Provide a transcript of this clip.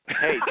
Hey